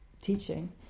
teaching